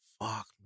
Fuck